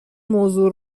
موضوع